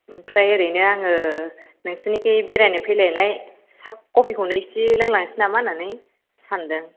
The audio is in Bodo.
आमफ्राय ओरैनो आङो नोंसिनिखि बेरायनो फैनायलाय साब कपिखौनो इसे लोंलांसै नामा होन्नानै सान्दों